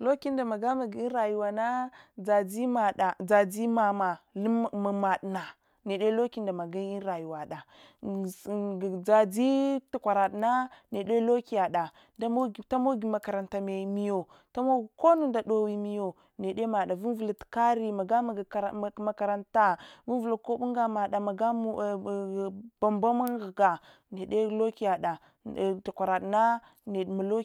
lucky yamagamagi in rayuwana tdatzi made dazi mama mammade niche luck magai un rayuwada, dzadzi takwarada niche luckiyada tumogi makarantamiyo niche maɗɗa urvulatu kari magamaga makarantamiyo, vunvula koba angamade mbumba mun ghuga niche lucky yade takwaradna nechma.